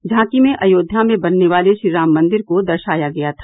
झांकी में अयोध्या में बनने वाले श्रीराम मंदिर को दर्शाया गया था